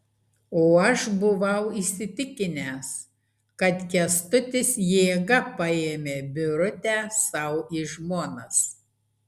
o aš buvau įsitikinęs kad kęstutis jėga paėmė birutę sau į žmonas